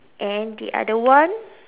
and the other one